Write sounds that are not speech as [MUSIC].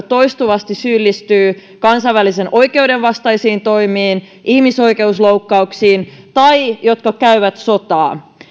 [UNINTELLIGIBLE] toistuvasti syyllistyvät kansainvälisen oikeuden vastaisiin toimiin ihmisoikeusloukkauksiin tai jotka käyvät sotaa